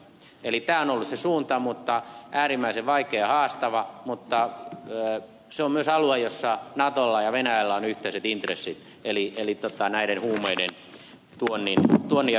eli tämä on ollut se suunta mutta äärimmäisen vaikea haastava mutta se on myös alue jossa natolla ja venäjällä on yhteiset intressit eli näiden huumeiden tuonnin ja viennin ehkäisy